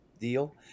deal